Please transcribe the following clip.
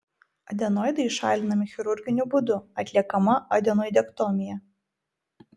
adenoidai šalinami chirurginiu būdu atliekama adenoidektomija